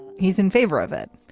he's in favor of it.